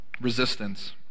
resistance